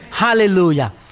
Hallelujah